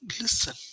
Listen